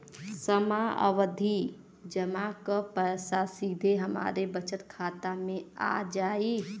सावधि जमा क पैसा सीधे हमरे बचत खाता मे आ जाई?